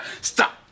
Stop